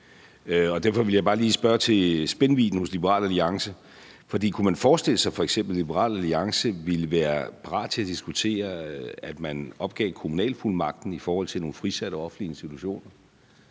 Derfor vil jeg bare lige spørge til spændvidden hos Liberal Alliance. For kunne man f.eks. forestille sig, at Liberal Alliance ville være parate til at diskutere, at man opgav kommunalfuldmagten i forhold til nogle frisatte offentlige institutioner,